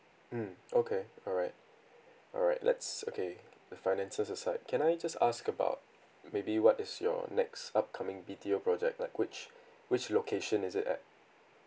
mm okay alright alright let's okay the finances aside can I just ask about maybe what is your next upcoming B_T_O project like which which location is it at